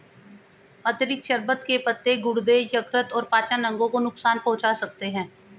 अतिरिक्त शर्बत के पत्ते गुर्दे, यकृत और पाचन अंगों को नुकसान पहुंचा सकते हैं